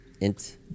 int